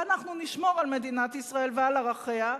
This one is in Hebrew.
ואנחנו נשמור על מדינת ישראל ועל ערכיה.